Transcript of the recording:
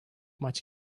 much